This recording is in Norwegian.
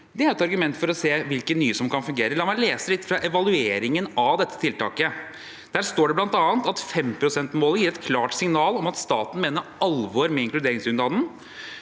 det er et argument for å se på hvilke nye som kan fungere. La meg lese litt fra evalueringen av dette tiltaket. Der står det bl.a. følgende: «5 prosent-målet gir et klart signal om at staten mener alvor med inkluderingsarbeidet.»